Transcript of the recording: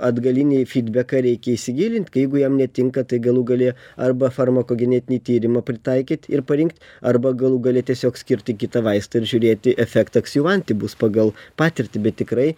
atgalinį fydbeką reikia įsigilint kai jeigu jam netinka tai galų gale arba farmakogenetinį tyrimą pritaikyt ir parinkt arba galų gale tiesiog skirti kitą vaistą ir žiūrėti efektas jau anti bus pagal patirtį bet tikrai